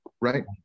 Right